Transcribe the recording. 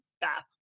bath